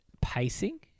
pacing